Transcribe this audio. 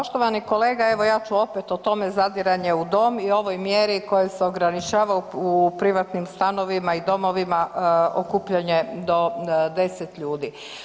Poštovani kolega evo ja ću opet o tome zadiranje u dom i ovoj mjeri kojom se ograničava u privatnim stanovima i domovima okupljanje do 10 ljudi.